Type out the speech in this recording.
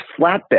flatbed